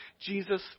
Jesus